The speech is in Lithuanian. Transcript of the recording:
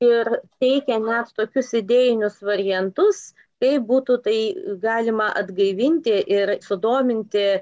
ir teikia net tokius idėjinius variantus kaip būtų tai galima atgaivinti ir sudominti